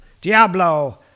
Diablo